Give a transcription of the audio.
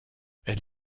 elle